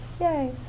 Yay